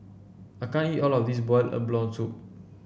I can't eat all of this Boiled Abalone Soup